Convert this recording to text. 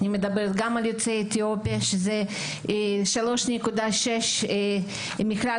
אני מדברת על כך ש-3.6% מכלל